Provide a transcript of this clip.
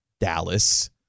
Dallas